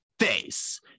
face